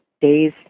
days